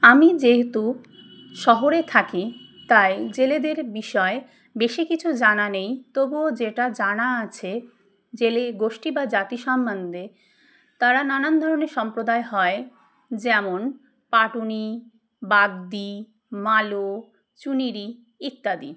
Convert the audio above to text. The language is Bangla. আমি যেহেতু শহরে থাকি তাই জেলেদের বিষয়ে বেশি কিছু জানা নেই তবুও যেটা জানা আছে জেলে গোষ্ঠী বা জাতি সম্বন্ধে তারা নানান ধরনের সম্প্রদায় হয় যেমন পাটুনি বাগদি মালো চুনিরি ইত্যাদি